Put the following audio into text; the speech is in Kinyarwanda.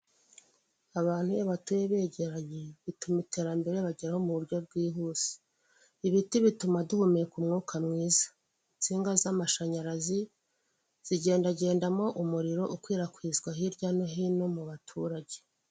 Abantu iyo batuye begeranye bituma iterambere ribageraho mu buryo bwihuse, ibiti bituma duhumeka umwuka mwiza insinga z'amashanyarazi zigenda gendamo umuriro ukwirakwizwa hirya no hino mu baturage.